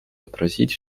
отразить